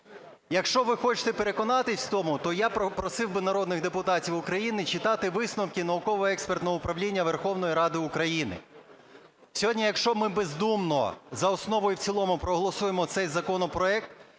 Якщо ви хочете переконатись в тому, то я просив би народних депутатів України читати висновки науково-експертного управління Верховної Ради України. Сьогодні, якщо ми бездумно за основу і в цілому проголосуємо цей законопроект,